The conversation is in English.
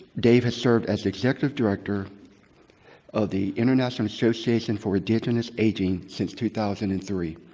dave has served as executive director of the international association for indigenous aging since two thousand and three.